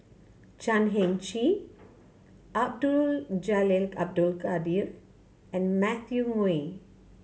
Chan Heng Chee Abdul Jalil Abdul Kadir and Matthew Ngui